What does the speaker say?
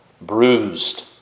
bruised